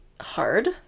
hard